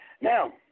Now